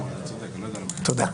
תודה.